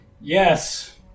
Yes